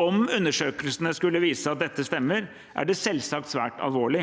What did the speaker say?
Om undersøkelsene skulle vise at dette stemmer, er det selvsagt svært alvorlig,